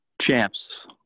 Champs